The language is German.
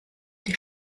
die